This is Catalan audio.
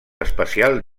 especial